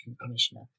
Commissioner